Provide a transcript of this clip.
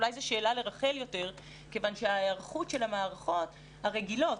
אולי זו שאלה יותר לרחל כיוון שההיערכות של המערכות הרגילות,